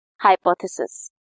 hypothesis